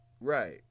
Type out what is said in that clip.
right